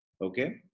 Okay